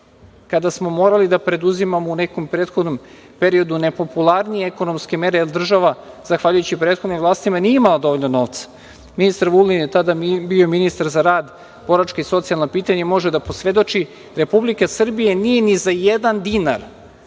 kada smo morali da preduzimamo u nekom prethodnom periodu nepopularnije ekonomske mere, jer država zahvaljujući prethodnim vlastima nije imala dovoljno novca. Ministar Vulin je tada bio ministar za rad, boračka i socijalna pitanja i može da posvedoči, Republika Srbija nije ni zajedan dinar